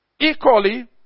Equally